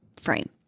frame